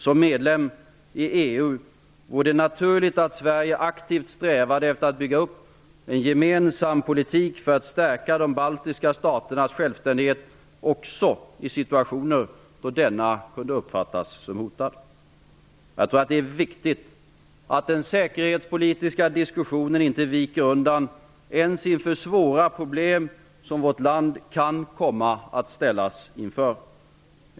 Som medlem i EU vore det naturligt att Sverige aktivt strävade efter att bygga upp en gemensam politik för att stärka de baltiska staternas självständighet också i situationer då denna kunde uppfattas som hotad. Jag tror att det är viktigt att den säkerhetspolitiska diskussionen inte viker undan ens inför svåra problem som vårt land kan komma att ställas inför.